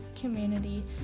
community